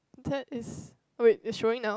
that is wait it's showing now